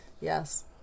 Yes